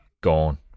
gone